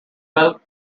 vote